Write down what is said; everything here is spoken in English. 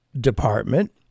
department